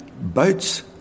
boats